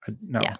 no